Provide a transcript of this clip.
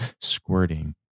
squirting